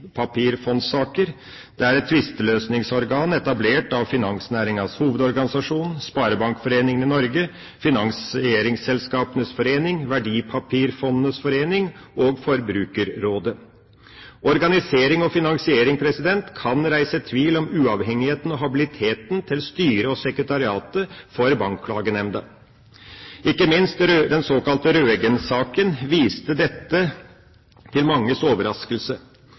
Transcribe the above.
Det er et tvisteløsningsorgan etablert av Finansnæringens Hovedorganisasjon, Sparebankforeningen i Norge, Finansieringsselskapenes Forening, Verdipapirfondenes forening og Forbrukerrådet. Organisering og finansiering kan reise tvil om uavhengigheten og habiliteten til styret og sekretariatet for Bankklagenemnda. Ikke minst den såkalte Røeggen-saken viste dette, til manges overraskelse.